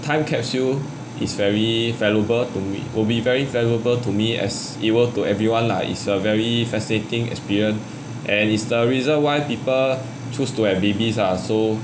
time capsule is very valuable to will be very valuable to me as equal to everyone lah it's a very fascinating experience and it's the reason why people choose to have babies ah so